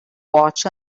watch